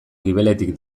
gibeletik